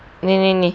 ni ni ni